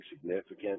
significant